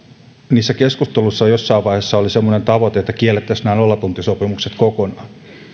niissä keskusteluissa jossain vaiheessa oli semmoinen tavoite että kiellettäisiin nämä nollatuntisopimukset kokonaan